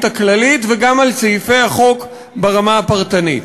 הכללית וגם על סעיפי החוק ברמה הפרטנית.